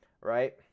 right